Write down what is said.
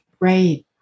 Right